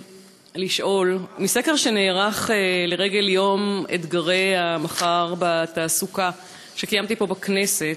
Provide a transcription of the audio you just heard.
מסקר שנערך לרגל יום "אתגרי המחר בתעסוקה" שקיימתי פה בכנסת